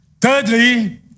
Thirdly